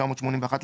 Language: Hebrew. התשמ"א 1981‏,